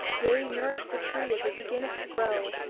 yea, nourish the tree as it beginneth to grow,